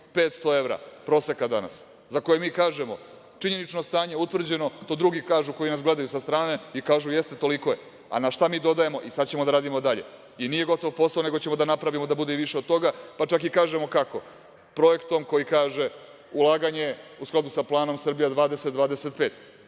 500 evra proseka danas, a za koje mi kažemo – činjenično stanje utvrđeno, to drugi kažu koji nas gledaju sa strane i kažu – jeste, toliko je, a na šta mi dodajemo i sad ćemo da radimo dalje. Nije gotov posao, nego ćemo da napravimo da bude i više od toga, pa čak i kažemo kako, projektom koji kaže – ulaganje u skladu sa Planom „Srbija 20